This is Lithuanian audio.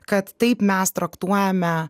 kad taip mes traktuojame